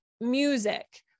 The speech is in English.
music